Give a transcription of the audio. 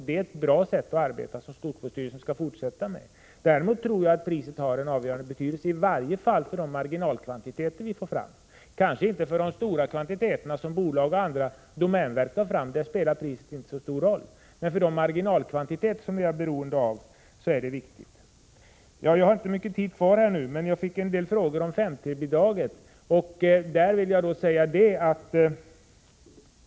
Det är ett bra sätt att arbeta på, och skogsvårdsstyrelserna skall fortsätta med det. Däremot tror jag att priset har en avgörande betydelse i varje fall för de marginalkvantiteter vi får fram, men kanske inte för de stora kvantiteter som bolagen och domänverket tar fram. Där spelar inte priset så stor roll, men för de marginalkvantiteter som vi ändå är beroende av är det som sagt viktigt. Det ställdes en fråga till mig om 5:3-bidraget.